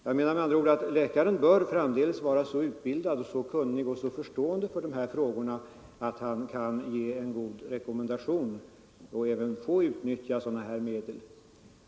Med andra ord menar jag att en läkare framdeles skall vara så utbildad, så kunnig och så förstående för frågorna att han kan ge en god rekommendation och även få utnyttja sådana här medel.